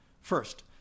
First